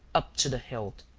up to the hilt.